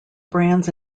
brands